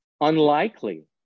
unlikely